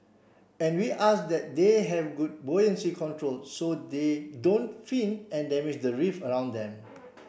and we ask that they have good buoyancy control so they don't fin and damage the reef around them